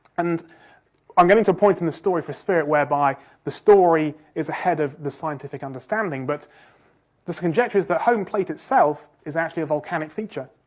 and i'm getting to a point in the story for spirit whereby the story is ahead of the scientific understanding, but the conjecture is that home plate itself is actually a volcanic feature,